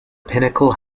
pinnacle